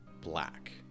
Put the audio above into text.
black